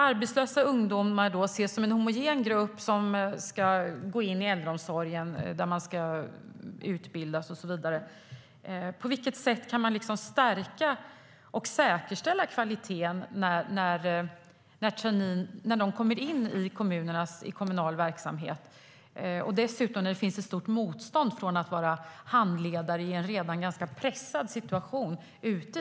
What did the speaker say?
Arbetslösa ungdomar ses alltså som en homogen grupp som ska gå in i äldreomsorgen, där de ska utbildas och så vidare, men på vilket sätt kan man stärka och säkerställa kvaliteten när de kommer in i kommunal verksamhet? Dessutom finns det ett stort motstånd ute i äldreomsorgen mot att vara handledare i en redan ganska pressad situation.